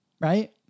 right